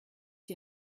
die